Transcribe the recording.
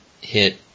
hit